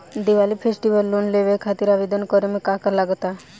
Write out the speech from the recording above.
Diwali festival loan लेवे खातिर आवेदन करे म का का लगा तऽ?